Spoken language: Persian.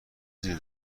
زیر